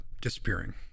disappearing